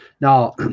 Now